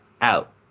out